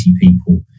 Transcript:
people